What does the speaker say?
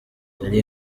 yari